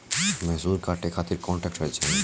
मैसूर काटे खातिर कौन ट्रैक्टर चाहीं?